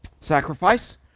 sacrifice